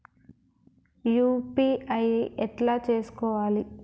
UPI ఎట్లా చేసుకోవాలి?